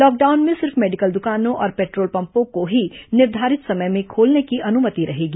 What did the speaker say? lockdown में सिर्फ medical दुकानों और पेट्रोल पम्पों को ही निर्धारित समय में खोलने की अनुमति रहेगी